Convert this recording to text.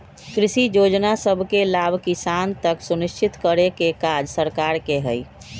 कृषि जोजना सभके लाभ किसान तक सुनिश्चित करेके काज सरकार के हइ